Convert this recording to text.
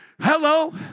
Hello